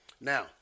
Now